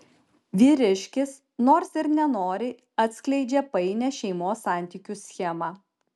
vyriškis nors ir nenoriai atskleidžia painią šeimos santykių schemą